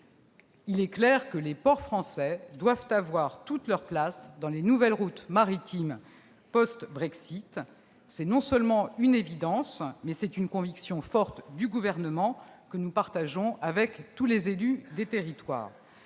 Il est clair que les ports français doivent avoir toute leur place dans les nouvelles routes maritimes post-Brexit. C'est non seulement une évidence, mais c'est une conviction forte du Gouvernement que nous partageons avec tous les élus des territoires.